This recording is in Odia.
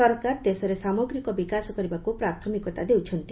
ସରକାର ଦେଶରେ ସାମଗ୍ରିକ ବିକାଶ କରିବାକୁ ପ୍ରାଥମିକତା ଦେଉଛନ୍ତି